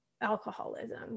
alcoholism